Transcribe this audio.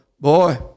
boy